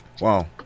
Wow